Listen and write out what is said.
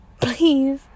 Please